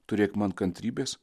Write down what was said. turėk man kantrybės